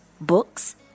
books